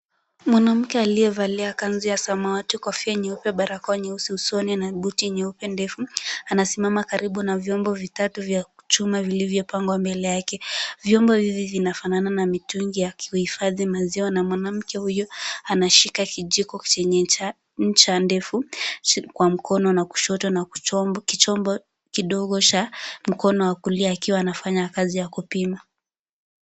Mwanamke aliyevalia kanzu ya samawati, kofia nyeupe, barakoa nyeusi usoni na buti nyeupe ndefu, anasimama karibu na vyombo vitatu vya chuma vilivyopangwa mebele yake. Vyombo hivi vinafanana na mitungi ya kuhifadhi maziwa na mwanamke huyu ameshika kijiko chenye ncha ndefu kwa mkono wa kushoto na chombo kidogo cha mkono wa kulia akiwa anafanya kazi ya kupima.